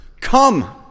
Come